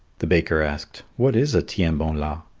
the baker asked, what is a tiens-bon-la?